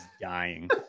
dying